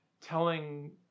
telling